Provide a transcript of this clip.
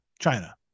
China